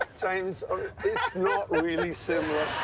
james, it's not really similar.